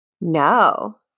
No